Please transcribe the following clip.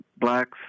blacks